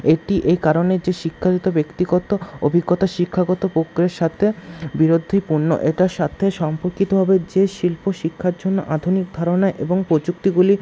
এটি এই কারণে যে ব্যক্তিগত অভিজ্ঞতা শিক্ষাগত প্রক্রিয়ার সাথে বিরোধীপূর্ণ এটার সাথে সম্পর্কিতভাবে যে শিল্প শিক্ষার জন্য আধুনিক ধারণা এবং প্রযুক্তিগুলি